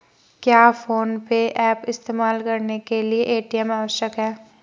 क्या PhonePe app इस्तेमाल करने के लिए ए.टी.एम आवश्यक है?